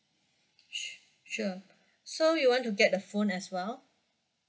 su~ sure so you want to get a phone as well